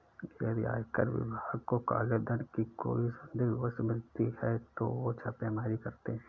यदि आयकर विभाग को काले धन की कोई संदिग्ध वस्तु मिलती है तो वे छापेमारी करते हैं